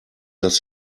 dass